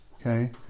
okay